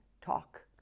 talk